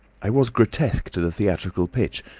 i was grotesque to the theatrical pitch,